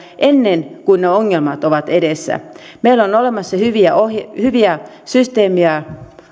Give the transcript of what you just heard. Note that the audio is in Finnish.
ennen kuin ne ongelmat ovat edessä meillä on olemassa hyviä systeemejä